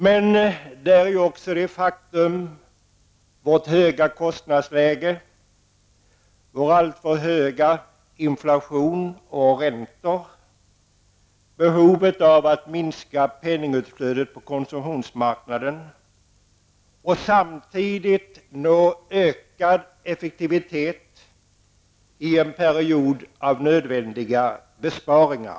Men orsaken skall också sökas i vårt höga kostnadsläge, vår alltför höga inflation och de alltför höga räntorna, behovet av att minska penningutflödet på konsumtionsmarknaden och behovet av att samtidigt nå ökad effektivitet i en period av nödvändiga besparingar.